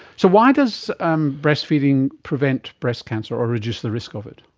so why does um breastfeeding prevent breast cancer or reduce the risk of it?